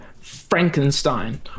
Frankenstein